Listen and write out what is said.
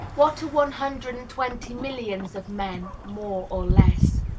what are one hundred and twenty millions of men, more or less?